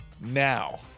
now